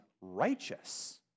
righteous